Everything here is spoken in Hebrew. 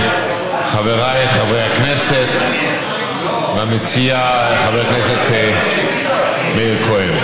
חבריי חברי הכנסת והמציע חבר הכנסת מאיר כהן,